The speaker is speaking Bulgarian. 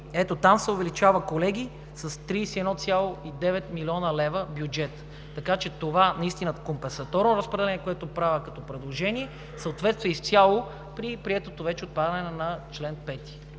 Ето там се увеличава, колеги, с 31,9 млн. лв. бюджетът. Така че това наистина компесаторно разпределение, което правя като предложение, съответства изцяло при приетото вече отпадане на чл. 5.